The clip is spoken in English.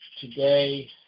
today